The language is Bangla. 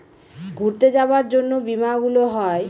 ঘুরতে যাবার জন্য বীমা গুলো হয়